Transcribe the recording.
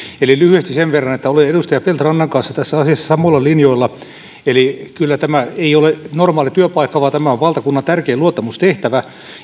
eli lyhyesti sen verran että olen edustaja feldt rannan kanssa tässä asiassa samoilla linjoilla tämä ei ole normaali työpaikka vaan tämä on valtakunnan tärkein luottamustehtävä